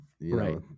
Right